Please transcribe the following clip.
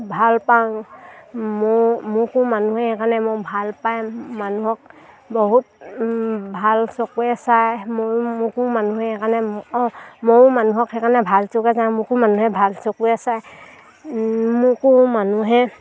ভাল পাওঁ মোৰ মোকো মানুহে সেইকাৰণে মোৰ ভাল পায় মানুহক বহুত ভাল চকুৱে চায় মোৰো মোকো মানুহে সেইকাৰণে অঁ ময়ো মানুহক সেইকাৰণে ভাল চকুৱে চায় মোকো মানুহে ভাল চকুৱে চায় মোকো মানুহে